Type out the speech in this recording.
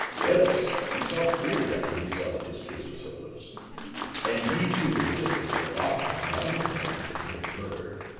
yes he talked freely, after he saw that his case was hopeless and he, too, insisted that locke did not intend to commit murder.